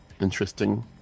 interesting